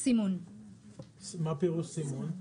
מה פירוש "סימון"?